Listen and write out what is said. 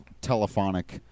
telephonic